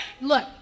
Look